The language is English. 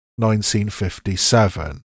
1957